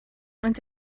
maent